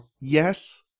Yes